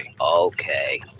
okay